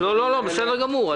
בסדר גמור.